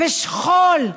בשכול.